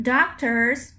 Doctors